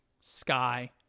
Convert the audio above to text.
sky